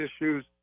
issues